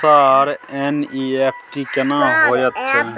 Sir NEFT केना होयत छै?